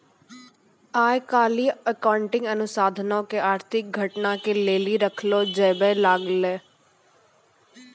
आइ काल्हि अकाउंटिंग अनुसन्धानो के आर्थिक घटना के लेली रखलो जाबै लागलै